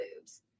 boobs